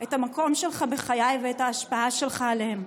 את המקום שלך בחיי ואת ההשפעה שלך עליהם.